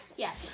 Yes